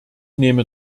nehme